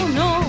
no